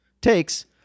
takes